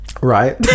right